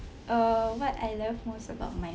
err what I love most about myself